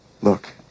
Look